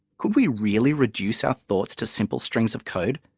could we really reduce our thoughts to simple strings of code?